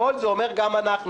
כל זה אומר גם אנחנו,